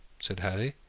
said harry.